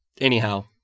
anyhow